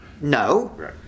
no